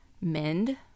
mend